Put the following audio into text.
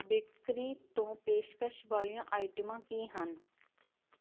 bakery ਤੋਂ ਪੇਸ਼ਕਸ਼ ਵਾਲੀਆਂ ਆਈਟਮਾਂ ਕੀ ਹਨ